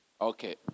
Okay